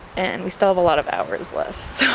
and we still have a lot of hours left,